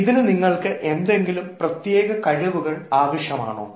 ഇതിനു നിങ്ങൾക്ക് എന്തെങ്കിലും പ്രത്യേക കഴിവുകൾ ആവശ്യമാണോ